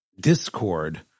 Discord